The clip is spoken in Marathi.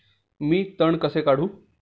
मी तण कसे काढू?